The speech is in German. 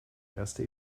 erste